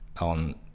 on